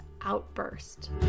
outburst